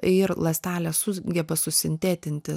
ir ląstelės sugeba susintetinti